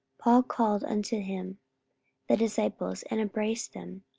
paul called unto him the disciples, and embraced them,